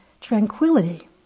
tranquility